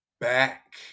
back